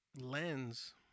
lens